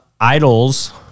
idols